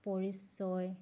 পৰিচয়